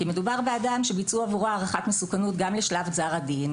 כי מדובר באדם שביצעו עבורו הערכת מסוכנות גם לשלב גזר הדין,